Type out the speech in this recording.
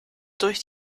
durch